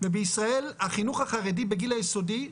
ובישראל החינוך החברי בגיל היסודי,